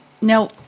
Now